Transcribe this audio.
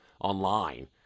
online